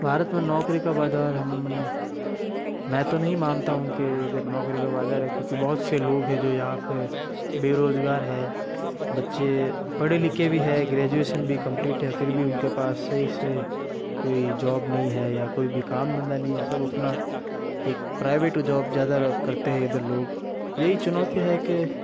भारत में नौकरी का बाज़ार मैं तो नहीं मानता हूँ के इधर नौकरी का बाज़ार है क्योंकि बहुत से लोग हैं जो यहाँ पर बेरोज़गार है बच्चे पढ़े लिखे भी हैं ग्रेजुएशन भी कंप्लीट है फिर भी उनके पास सही से कोई जॉब नहीं है या कोई भी काम धंधा नहीं है सब अपना एक प्राइवेट जॉब ज़्यादा रख करते हैं इधर लोग यही चुनौतियाँ है के